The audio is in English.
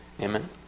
Amen